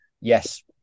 yes